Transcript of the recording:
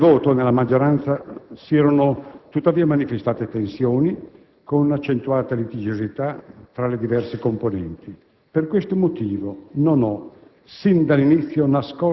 Già prima del voto, nella maggioranza si erano, tuttavia, manifestate tensioni, con un'accentuata litigiosità tra le diverse componenti. Per questo motivo non ho,